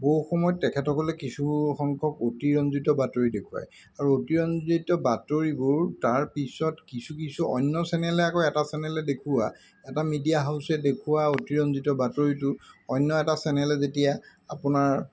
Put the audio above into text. বহু সময়ত তেখেতসকলে কিছুসংখ্যক অতিৰঞ্জিত বাতৰি দেখুৱায় আৰু অতিৰঞ্জিত বাতৰিবোৰ তাৰপিছত কিছু কিছু অন্য চেনেলে আকৌ এটা চেনেলে দেখুওৱা এটা মিডিয়া হাউচে দেখুওৱা অতিৰঞ্জিত বাতৰিটো অন্য এটা চেনেলে যেতিয়া আপোনাৰ